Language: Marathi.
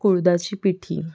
कुळथाची पिठी